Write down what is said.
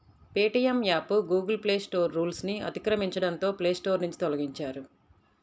Paytm app Google Play Store రూల్స్ను అతిక్రమించడంతో Play Store నుంచి తొలగించారు